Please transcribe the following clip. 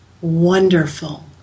wonderful